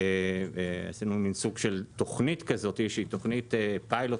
עשינו סוג של תוכנית כזו שהיא תוכנית פיילוט